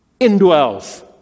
indwells